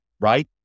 Right